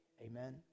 Amen